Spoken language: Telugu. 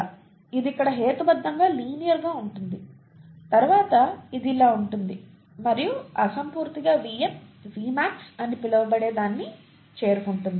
ఇది ఇక్కడ హేతుబద్ధంగా లినియర్ గా ఉంటుంది తర్వాత ఇది ఇలా ఉంటుంది మరియు అసంపూర్తిగా Vm Vmax అని పిలవబడే దానిని చేరుకుంటుంది